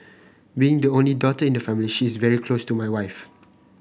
being the only daughter in the family she is very close to my wife